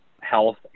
health